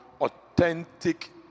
authentic